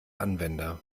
anwender